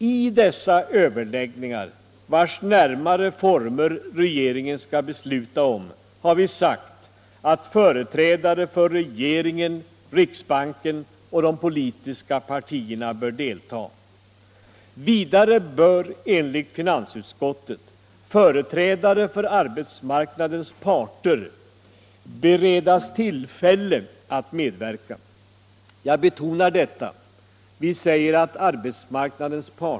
I dessa överläggningar, vilkas närmare former regeringen skall besluta om, har vi sagt att företrädare för regeringen, riksbanken och de politiska partierna bör delta. Vidare bör enligt finansutskottet företrädare för arbetsmarknadens parter beredas tillfälle att medverka. Jag betonar detta.